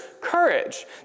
courage